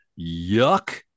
yuck